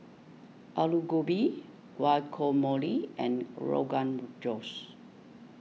Alu Gobi Guacamole and Rogan Josh